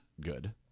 good